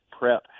PrEP